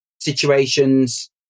situations